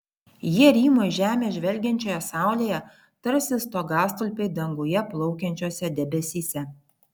jie rymo į žemę žvelgiančioje saulėje tarsi stogastulpiai danguje plaukiančiuose debesyse